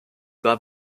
war